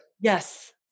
Yes